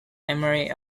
emory